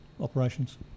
operations